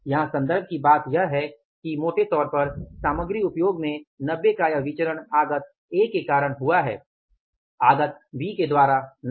यहाँ संदर्भ की बात यह है कि मोटे तौर पर सामग्री उपयोग में 90 का यह विचरण आगत A के कारण हुआ है आगत B के द्वारा नहीं